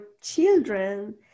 children